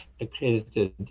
accredited